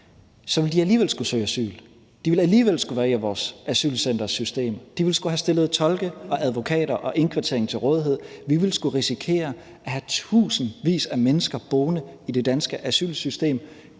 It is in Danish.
visum udløber om 90 dage. De ville alligevel skulle være i vores asylcentersystem, de ville skulle have stillet tolke, advokater og indkvartering til rådighed, vi ville skulle risikere at have tusindvis af mennesker boende i det danske asylsystem.